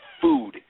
food